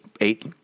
eight